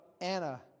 Anna